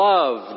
Love